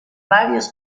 varios